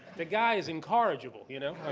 the guy is incorrigible, you know.